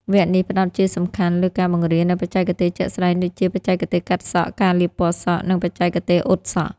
វគ្គនេះផ្តោតជាសំខាន់លើការបង្រៀននូវបច្ចេកទេសជាក់ស្តែងដូចជា បច្ចេកទេសកាត់សក់ ការលាបពណ៌សក់ និងបច្ចេកទេសអ៊ុតសក់។